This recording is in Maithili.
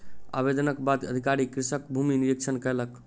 आवेदनक बाद अधिकारी कृषकक भूमि निरिक्षण कयलक